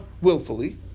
willfully